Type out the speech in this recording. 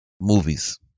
movies